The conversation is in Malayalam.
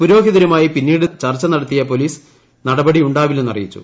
പുരോഹിതരുമായി പിന്നീട് ചർച്ച നടത്തിയ പോലീസ് നടപടിയുണ്ടാവില്ലെന്ന് അറിയിച്ചു